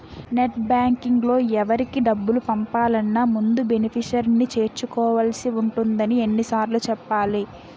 net బాంకింగ్లో ఎవరికి డబ్బులు పంపాలన్నా ముందు బెనిఫిషరీని చేర్చుకోవాల్సి ఉంటుందని ఎన్ని సార్లు చెప్పాలి